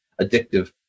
addictive